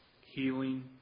healing